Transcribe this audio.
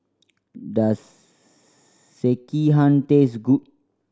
does Sekihan taste good